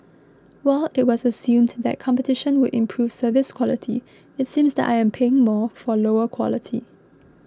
while it was assumed that competition would improve service quality it seems that I am paying more for lower quality